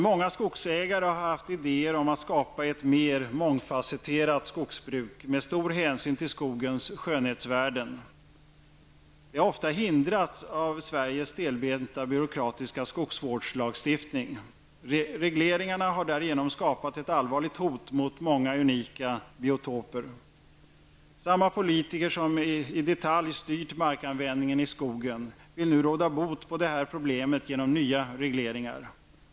Många skogägare har haft idéer om att skapa ett mer mångfasetterat skogbruk, med stor hänsyn till skogens skönhetsvärden. De har ofta hindrats av Sveriges stelbenta, byråkratiska skogsvårdslagstiftning. Regleringarna har därigenom skapat ett allvarigt hot mot många unika biotoper. Samma politiker som tidigare i detalj styrt markanvändningen i skogen vill nu råda bot på detta problem genom nya regleringar.